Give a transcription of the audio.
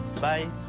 Bye